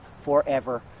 forever